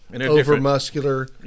over-muscular